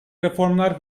reformlar